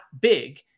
big